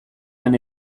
han